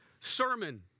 sermon